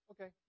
Okay